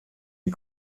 die